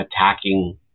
attacking